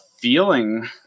feeling